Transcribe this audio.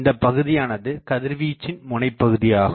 இந்தப்பகுதியானது கதிர்வீச்சின் முனைப்பகுதி ஆகும்